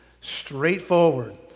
straightforward